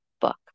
book